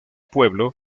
pueblo